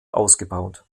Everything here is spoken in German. ausgebaut